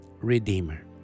redeemer